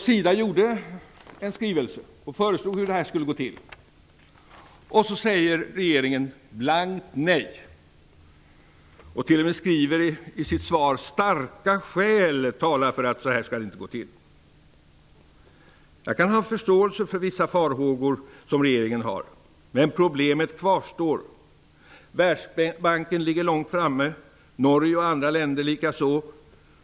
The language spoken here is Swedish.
SIDA avfattade också en skrivelse där det föreslogs hur detta skulle kunna utformas, men regeringen sade blankt nej. Regeringen skrev i sitt svar t.o.m. att starka skäl talar för att det inte skall gå till på detta sätt. Jag kan ha förståelse för vissa farhågor som regeringen har, men problemet kvarstår. Världsbanken ligger långt framme och likaså Norge och andra länder.